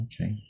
Okay